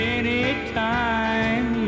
anytime